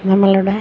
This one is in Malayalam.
നമ്മളുടെ